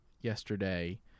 yesterday